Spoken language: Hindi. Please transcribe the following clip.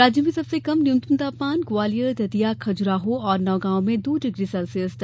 राज्य में सबसे कम न्यूनतम तापमान ग्वालियर दतिया खजुराहो और नौगांव में दो डिग्री सेल्सियस दर्ज किया गया